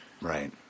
Right